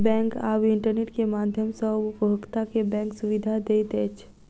bank आब internet के माध्यम सॅ उपभोगता के बैंक सुविधा दैत अछि